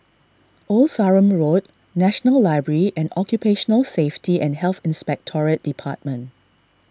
Old Sarum Road National Library and Occupational Safety and Health Inspectorate Department